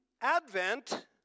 Advent